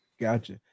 gotcha